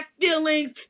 feelings